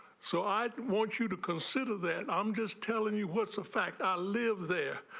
so i want you to consider that i'm just telling you what's the fact i lived there.